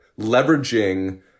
leveraging